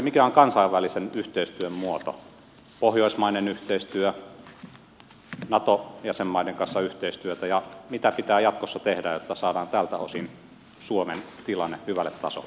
mikä on kansainvälisen yhteistyön muoto pohjoismainen yhteistyö yhteistyö nato jäsenmaiden kanssa ja mitä pitää jatkossa tehdä jotta saadaan tältä osin suomen tilanne hyvälle tasolle